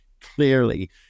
Clearly